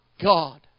God